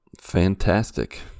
Fantastic